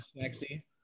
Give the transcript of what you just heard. sexy